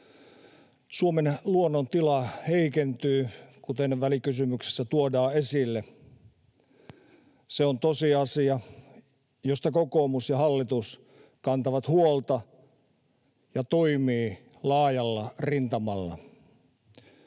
Suomen luonnon tila heikentyy, kuten välikysymyksessä tuodaan esille. Se on tosiasia, josta kokoomus ja hallitus kantavat huolta ja toimivat laajalla rintamalla.